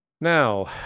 Now